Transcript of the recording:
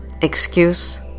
excuse